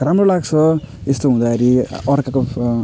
राम्रो लाग्छ यस्तो हुँदाखेरि अर्काको